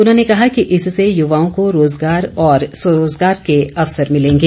उन्होंने कहा कि इससे यूवाओं को रोजगार और स्वरोजगार के अवसर मिलेंगे